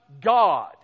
God